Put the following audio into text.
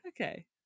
Okay